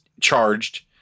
charged